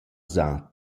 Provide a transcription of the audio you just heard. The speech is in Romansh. s’ha